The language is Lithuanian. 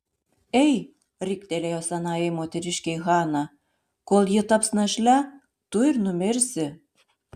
ei riktelėjo senajai moteriškei hana kol ji taps našle tu ir numirsi